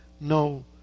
no